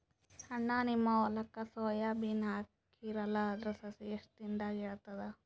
ಅಣ್ಣಾ, ನಿಮ್ಮ ಹೊಲಕ್ಕ ಸೋಯ ಬೀನ ಹಾಕೀರಲಾ, ಅದರ ಸಸಿ ಎಷ್ಟ ದಿಂದಾಗ ಏಳತದ?